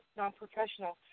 non-professional